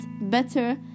better